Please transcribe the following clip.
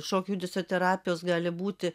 šokio judesio terapijos gali būti